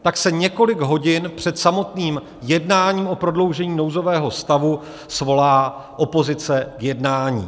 Pak se několik hodin před samotným jednáním o prodloužení nouzového stavu svolá opozice k jednání.